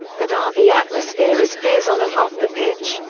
the derby atmosphere is fierce on and off the pitch,